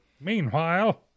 Meanwhile